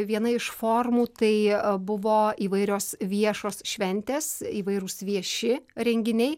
viena iš formų tai buvo įvairios viešos šventės įvairūs vieši renginiai